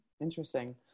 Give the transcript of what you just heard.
Interesting